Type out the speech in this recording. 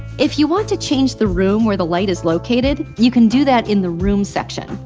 if you want to change the room where the light is located, you can do that in the room section.